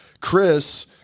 Chris